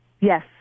Yes